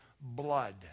blood